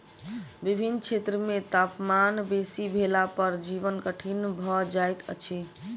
विभिन्न क्षेत्र मे तापमान बेसी भेला पर जीवन कठिन भ जाइत अछि